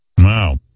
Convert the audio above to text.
Wow